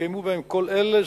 שנתקיימו בהם כל אלה,